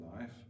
life